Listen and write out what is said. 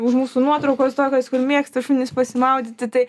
už mūsų nuotraukos tokios kur mėgsta šunys pasimaudyti tai